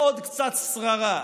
לעוד קצת שררה,